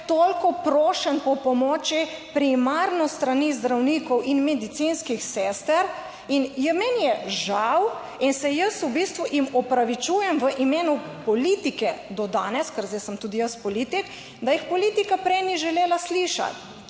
toliko prošenj po pomoči primarno s strani zdravnikov in medicinskih sester. Meni je žal in se jaz v bistvu jim opravičujem v imenu politike do danes - ker zdaj sem tudi jaz politik -, da jih politika prej ni želela slišati